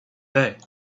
day